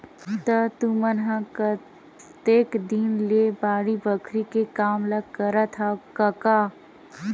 त तुमन ह कतेक दिन ले बाड़ी बखरी के काम ल करत हँव कका?